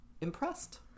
impressed